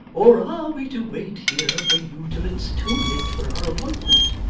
or are we to wait here for you till it's too late for our appointment